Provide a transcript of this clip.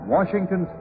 Washington